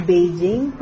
Beijing